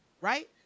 right